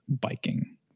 biking